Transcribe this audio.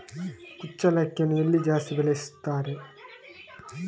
ಕುಚ್ಚಲಕ್ಕಿಯನ್ನು ಎಲ್ಲಿ ಜಾಸ್ತಿ ಬೆಳೆಸ್ತಾರೆ?